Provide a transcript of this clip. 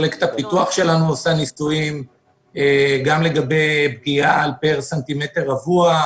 מחלקת הפיתוח שלנו עושה ניסויים גם לגבי פגיעה פר סנטימטר רבוע,